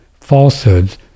falsehoods